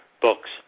Books